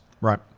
Right